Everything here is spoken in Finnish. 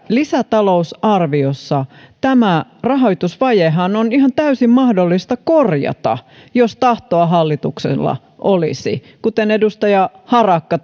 lisätalousarviossa tämä rahoitusvajehan olisi ihan täysin mahdollista korjata jos tahtoa hallituksella olisi kuten edustaja harakka